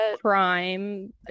crime